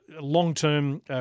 long-term